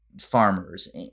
farmers